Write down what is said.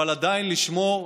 אבל עדיין לשמור,